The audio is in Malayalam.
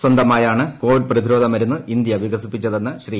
സ്വന്തമായാണ് കോവിഡ് പ്രതിരോധ മരുന്ന് ഇന്ത്യ വികസിപ്പിച്ചത് എന്ന് ശ്രീ